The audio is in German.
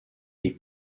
die